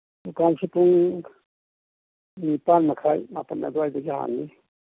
ꯗꯨꯀꯥꯟꯁꯤ ꯄꯨꯡ ꯅꯤꯄꯥꯜ ꯃꯈꯥꯏ ꯃꯄꯥꯜ ꯑꯗꯨꯋꯥꯏꯗꯒꯤ ꯍꯥꯡꯅꯤ